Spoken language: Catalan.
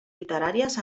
literàries